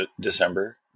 December